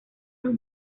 los